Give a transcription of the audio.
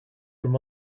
from